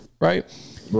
Right